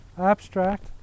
abstract